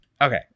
okay